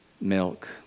milk